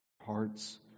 hearts